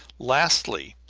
lastly,